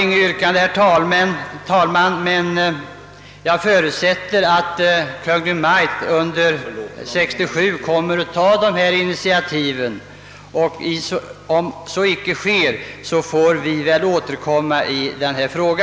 Jag har, herr talman, intet yrkande, men jag förutsätter att Kungl. Maj:t under 1967 kommer att ta initiativ i denna fråga. I annat fall får vi väl återkomma.